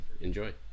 enjoy